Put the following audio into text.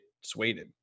swayed